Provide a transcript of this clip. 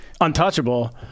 untouchable